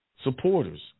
supporters